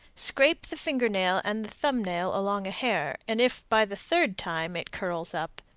scrape the finger-nail and the thumb-nail along a hair, and if, by the third time, it curls up,